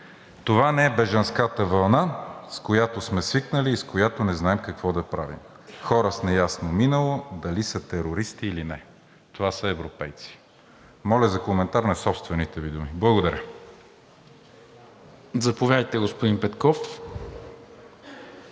Това не е бежанската вълна, с която сме свикнали и с която не знаем какво да правим – хора с неясно минало, дали са терористи или не – това са европейци.“ Моля за коментар на собствените Ви думи. Благодаря. ПРЕДСЕДАТЕЛ НИКОЛА МИНЧЕВ: